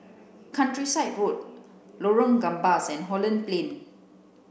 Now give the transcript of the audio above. Countryside Road Lorong Gambas and Holland Plain